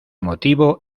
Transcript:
motivo